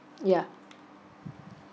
yeah